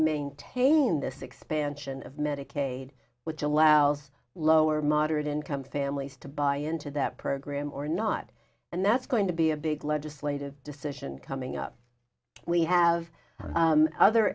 maintain this expansion of medicaid which allows low or moderate income families to buy into that program or not and that's going to be a big legislative decision coming up we have other